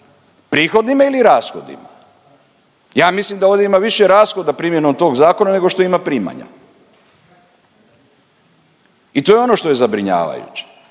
prihodima ili rashodima. Ja mislim da ovdje ima više rashoda primjenom tog zakona nego što ima primanja. I to je ono što je zabrinjavajuće.